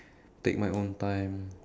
take my own time